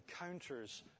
encounters